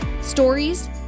stories